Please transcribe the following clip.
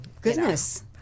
goodness